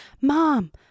mom